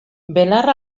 belar